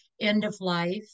end-of-life